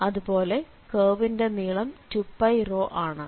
അതുപോലെ കേർവിന്റെ നീളം 2πρ ആണ്